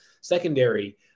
secondary